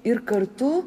ir kartu